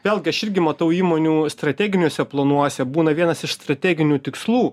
vėlgi aš irgi matau įmonių strateginiuose planuose būna vienas iš strateginių tikslų